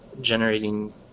generating